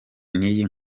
n’iyi